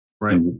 Right